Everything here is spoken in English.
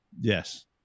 Yes